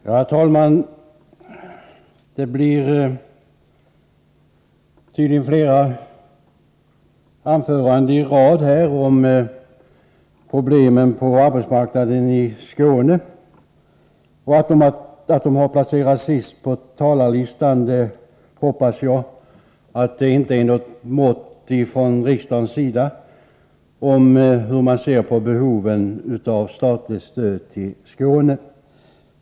Herr talman! Det blir tydligen flera anföranden i rad om problemen på arbetsmarknaden i Skåne. Att de har placerats sist på talarlistan hoppas jag inte är något mått från riksdagens sida på hur man ser på behoven av statligt stöd i Skåne.